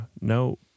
no